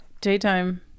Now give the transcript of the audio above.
daytime